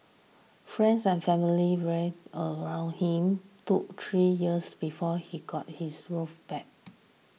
friends and family rallied around him took three years before he got his groove back